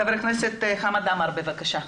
חבר הכנסת חמד עמאר, בבקשה.